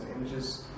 images